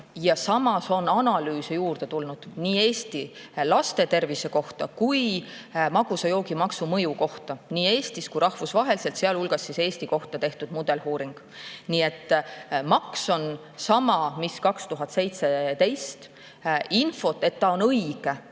Samas on analüüse juurde tulnud nii Eesti laste tervise kohta kui ka magusa joogi maksu mõju kohta nii Eestis kui ka rahvusvaheliselt, sealhulgas on Eesti kohta tehtud mudeluuring. Nii et maks on sama, mis oli 2017. Infot, et see on õige